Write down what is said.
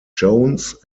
jones